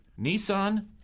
Nissan